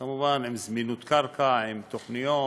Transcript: כמובן, עם זמינות קרקע, עם תוכניות,